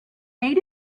ate